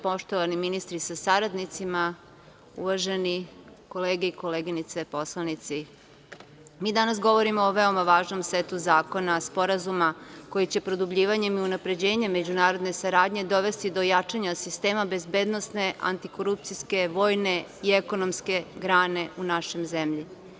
Poštovani ministri sa saradnicima, uvažene kolege i koleginice poslanici, mi danas govorimo o veoma važnom setu zakona, sporazuma koji će produbljivanjem i unapređenjem međunarodne saradnje dovesti do jačanja sistema bezbednosne, antikorupcijske, vojne i ekonomske grane u našoj zemlji.